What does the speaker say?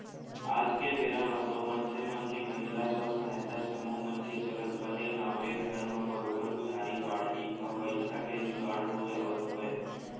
आज के बेरा म तो मनसे मन के महिला स्व सहायता समूह मन के चलत बने गाँवे घर म बरोबर उधारी बाड़ही म पइसा के जुगाड़ हो जावत हवय